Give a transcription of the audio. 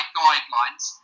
guidelines